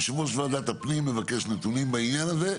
יושב ראש ועדת הפנים מבקש נתונים בעניין הזה,